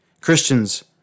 Christians